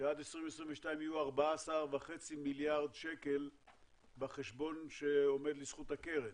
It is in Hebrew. שעד 2022 יהיו 14.5 מיליארד שקל בחשבון שעומד לזכות הקרן,